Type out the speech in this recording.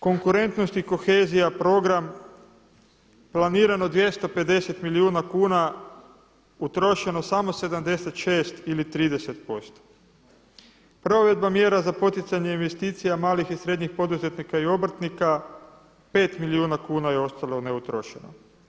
Konkurentnost i kohezija program planirano 250 milijuna kuna utrošeno samo 76 ili 30%, provedba mjera za poticanje investicija malih i srednjih poduzetnika i obrtnika 5 milijuna kuna je ostalo neutrošeno.